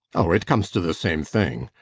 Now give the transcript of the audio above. oh, it comes to the same thing.